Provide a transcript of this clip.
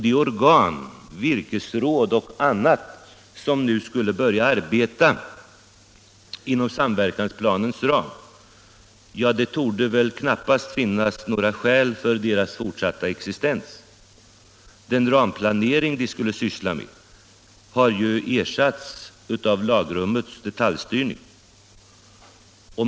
Det torde väl knappast finnas något skäl för en fortsatt existens av de organ, virkesråd och andra, som nu skulle ha börjat arbeta inom samverkansplanens ram. Den ramplanering de skulle syssla med har ju ersatts av lagrummets detaljstyrning.